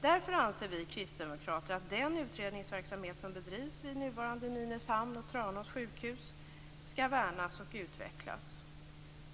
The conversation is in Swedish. Därför anser vi kristdemokrater att den utredningsverksamhet som bedrivs vid Nynäshamns och Tranås sjukhus skall värnas och utvecklas.